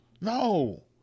No